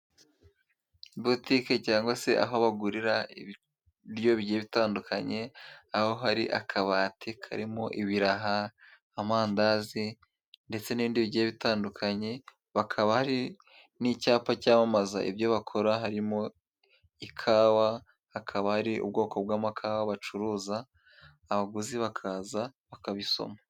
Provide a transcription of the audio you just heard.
Botike cyangwa se aho bagurira ibiryo bihiye bitandukanye aho hari akabati karimo ibiraha, amandazi ndetse n'ibindi bigiye bitandukanye bakaba ari n'icyapa cyamamaza ibyo bakora harimo ikawa hakaba ari ubwoko bw'amakawa bacuruza abaguzi bakaza bakabisoma.